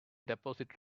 deposit